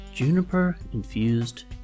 Juniper-infused